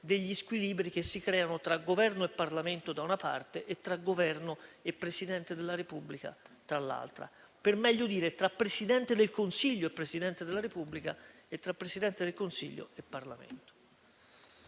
degli squilibri che si creano tra Governo e Parlamento, da una parte, e tra Governo e Presidente della Repubblica, dall'altra; o per meglio dire: tra Presidente del Consiglio e Presidente della Repubblica, e tra Presidente del Consiglio e Parlamento.